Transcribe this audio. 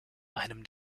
einem